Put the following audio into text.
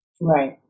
Right